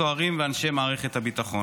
סוהרים ואנשי מערכת הביטחון.